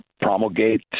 promulgate